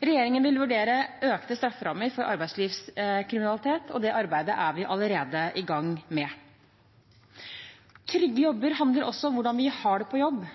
Regjeringen vil vurdere økte strafferammer for arbeidslivskriminalitet, og det arbeidet er vi allerede i gang med. Trygge jobber handler også om hvordan vi har det på jobb.